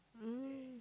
um